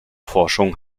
forschung